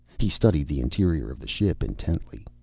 he studied the interior of the ship intently.